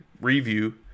review